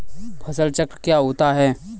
फसल चक्र क्या होता है?